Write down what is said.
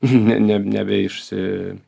ne neb nebeišeisi